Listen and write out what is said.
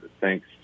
thanks